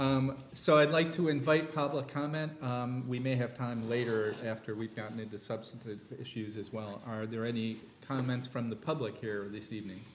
evening so i'd like to invite public comment we may have time later after we've gotten into substantive issues as well are there any comments from the public here this evening